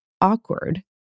awkward